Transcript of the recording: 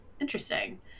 Interesting